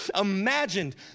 imagined